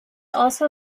also